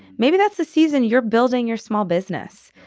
maybe that's the season you're building your small business,